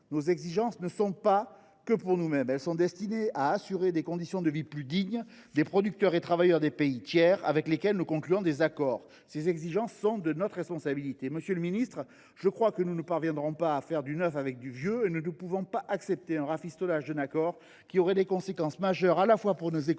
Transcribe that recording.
ces exigences ne sont pas que pour nous mêmes. Elles sont destinées à assurer des conditions de vie plus dignes des producteurs et travailleurs des pays tiers avec lesquels nous concluons des accords. Elles sont de notre responsabilité. Monsieur le ministre, je crois que nous ne parviendrons pas à faire du neuf avec du vieux. Nous ne pouvons pas accepter le rafistolage d’un accord qui aurait des conséquences majeures à la fois pour nos économies